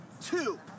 two